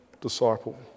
disciple